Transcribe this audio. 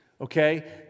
okay